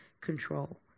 control